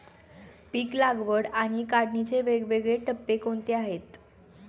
पीक लागवड आणि काढणीचे वेगवेगळे टप्पे कोणते आहेत?